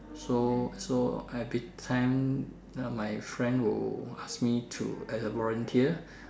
so so every time uh my friend will ask me to as a volunteer